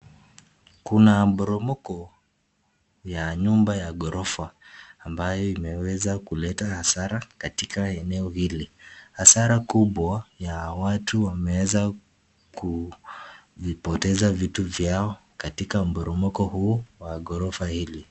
Kuna mporomoko ya nyumba ya ghorofa, ambayo umeweza kuleta hasara katika eneo hili .Hasara kubwa , watu wameweza kuzipoteza vitu vyao katika mporomoko huu wa ghorofa hili .